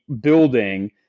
building